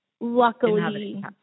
luckily